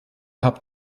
habt